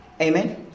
amen